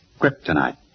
Kryptonite